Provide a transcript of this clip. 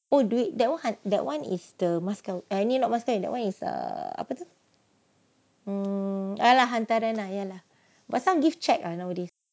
oh duit that one that one is the mas kahw~ eh ini not mas kan that one is err !alah! hantaran lah ya lah but some give cheque ah nowadays